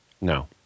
No